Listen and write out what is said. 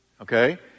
Okay